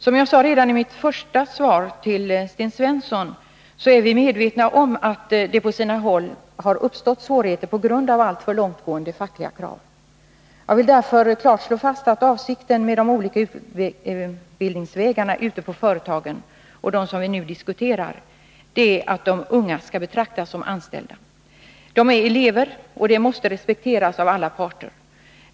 Som jag sade redan i svaret till Sten Svensson är vi medvetna om att det på sina håll har uppstått svårigheter på grund av alltför långtgående fackliga krav. Jag vill därför klart slå fast att avsikten med de olika utbildningsvägarna ute på företagen och dem som vi nu diskuterar är att de unga skall betraktas som anställda. De är elever, och det måste respekteras av alla parter.